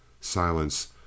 Silence